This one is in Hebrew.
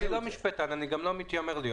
תקשיב.